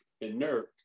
inert